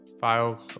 file